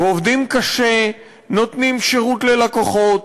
ועובדים קשה, נותנים שירות ללקוחות,